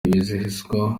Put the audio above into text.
wizihizwa